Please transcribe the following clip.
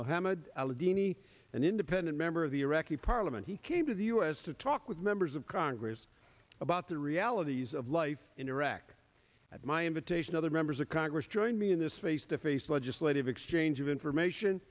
mohammed alleghany an independent member of the iraqi parliament he came to the u s to talk with members of congress about the realities of life in iraq at my invitation other members of congress join me in this face to face legislative exchange of information